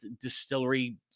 distillery